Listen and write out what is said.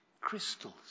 Crystals